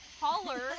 holler